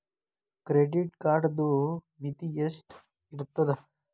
Credit ಕಾರ್ಡದು ಮಿತಿ ಎಷ್ಟ ಇರ್ತದ?